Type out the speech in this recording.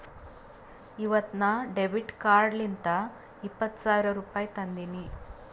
ಇವತ್ ನಾ ಡೆಬಿಟ್ ಕಾರ್ಡ್ಲಿಂತ್ ಇಪ್ಪತ್ ಸಾವಿರ ರುಪಾಯಿ ತಂದಿನಿ